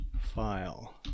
file